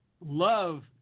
Love